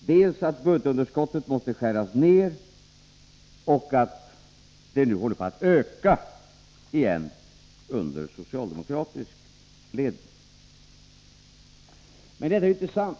dels att budgetvnderskottet måste skäras ned, dels att det under den socialdemokratiska ledningen åter håller på att öka. Men detta är inte sant.